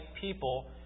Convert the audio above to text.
people